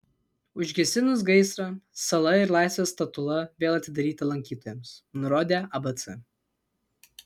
užgesinus gaisrą sala ir laisvės statula vėl atidaryta lankytojams nurodė abc